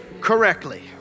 correctly